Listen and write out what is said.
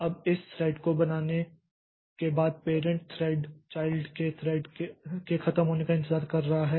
अब इस थ्रेड को बनाने के बाद पैरेंट थ्रेड चाइल्ड के थ्रेड के खत्म होने का इंतजार कर रहा है